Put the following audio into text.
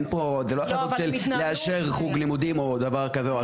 זה לא החלטות כמו לאשר חוג לימודים או דבר כזה.